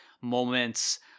moments